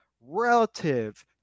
relative